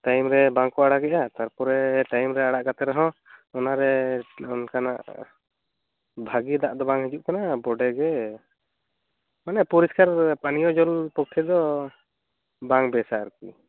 time ᱨᱮ ᱵᱟᱝ ᱠᱚ ᱟᱲᱟᱜ ᱮᱫᱟ ᱛᱟᱯᱚᱨᱮ ᱴᱟᱭᱤᱢ ᱨᱮ ᱟᱲᱟᱜ ᱠᱟᱛᱮ ᱨᱮᱦᱚᱸ ᱚᱱᱟᱨᱮ ᱚᱱᱠᱟᱱᱟᱜ ᱵᱷᱟᱹᱜᱤ ᱫᱟᱜ ᱫᱚ ᱵᱟᱝ ᱦᱤᱡᱩᱜ ᱠᱟᱱᱟ ᱵᱚᱰᱮ ᱜᱮ ᱢᱟᱱᱮ ᱯᱚᱨᱤᱥᱠᱟᱨ ᱯᱟᱹᱱᱤᱭᱚ ᱡᱚᱞ ᱯᱚᱠᱷᱮ ᱫᱚ ᱵᱟᱝ ᱵᱮᱥᱟ ᱟᱨᱠᱤ